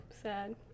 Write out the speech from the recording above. Sad